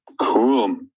Cool